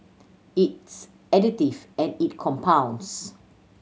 it's additive and it compounds